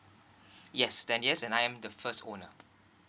yes ten years and I am the first owner